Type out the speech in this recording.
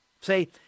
Say